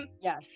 yes